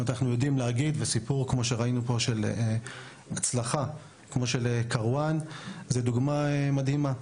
סיפור הצלחה כמו של כרואן זה דוגמה מדהימה.